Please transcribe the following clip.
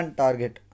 target